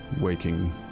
waking